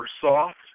soft